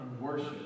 worship